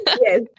yes